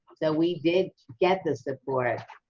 so we did get the support,